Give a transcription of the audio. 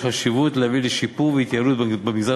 יש חשיבות להביא לשיפור והתייעלות במגזר